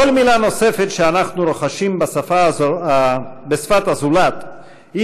כל מילה נוספת שאנחנו רוכשים בשפת הזולת היא